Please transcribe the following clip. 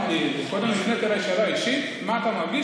קודם הפנית אליי שאלה אישית: מה אתה מרגיש?